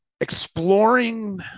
exploring